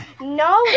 no